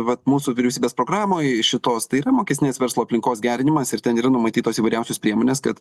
vat mūsų vyriausybės programoj šitos tai yra mokestinės verslo aplinkos gerinimas ir ten yra numatytos įvairiausios priemonės kad